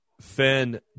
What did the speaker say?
Finn